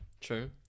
True